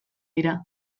dira